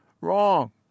Wrong